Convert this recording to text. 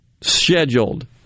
scheduled